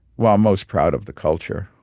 well, i'm most proud of the culture.